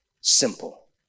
simple